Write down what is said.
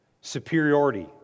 superiority